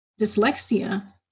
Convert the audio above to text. dyslexia